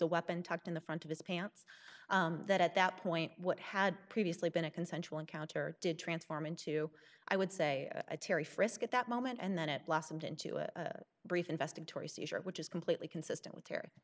a weapon tucked in the front of his pants that at that point what had previously been a consensual encounter did transform into i would say a terry frisk at that moment and then it blossomed into a brief investigatory seizure which is completely consistent with here